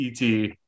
et